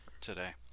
today